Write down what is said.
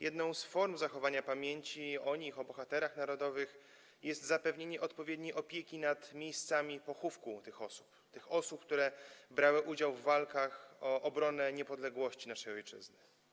Jedną z form zachowania pamięci o bohaterach narodowych jest zapewnienie odpowiedniej opieki nad miejscami pochówku osób, które brały udział w walkach o obronę niepodległości naszej ojczyzny.